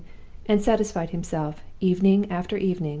and satisfied himself, evening after evening,